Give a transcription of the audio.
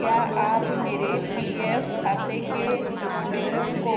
क्या आप मेरे पी एफ खाते के विवरण को